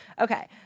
Okay